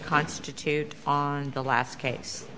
constitute on the last case